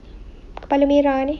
kepala merah ni